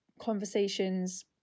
conversations